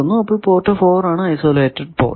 അപ്പോൾ പോർട്ട് 4 ആണ് isolated port